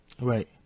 Right